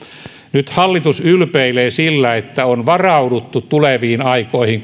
nyt hallitus ylpeilee sillä että on varauduttu tuleviin aikoihin